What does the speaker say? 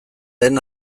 den